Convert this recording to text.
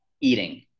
eating